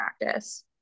practice